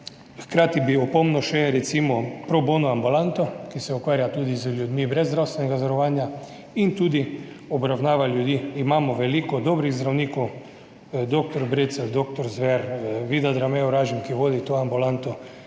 Hkrati bi opomnil še recimo na pro bono ambulanto, ki se ukvarja tudi z ljudmi brez zdravstvenega zavarovanja in tudi obravnava ljudi. Imamo veliko dobrih zdravnikov, dr. Brecelj, dr. Zver, Vida Drame Orožim, ki vodi to ambulanto,